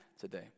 today